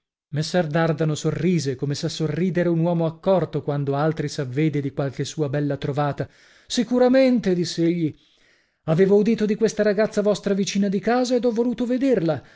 dardano sorrise come sa sorridere un uomo accorto quando altri s'avvede di qualche sua bella trovata sicuramente diss'egli avevo udito di questa ragazza vostra vicina di casa ed ho voluto vederla